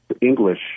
English